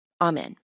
Amen